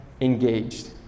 engaged